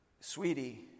sweetie